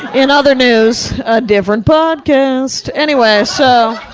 in other news, a different podcast. anyway, so.